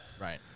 Right